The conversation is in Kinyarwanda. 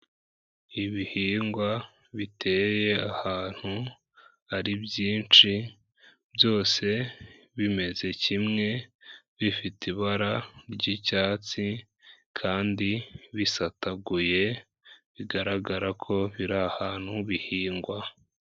Ibihingwa biteye ahantu hari byinshi, byose bimeze kimwe bifite ibara ry'icyatsi kandi bisataguye, bigaragara ko biri ahantu bihingwa.